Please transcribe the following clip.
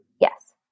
Yes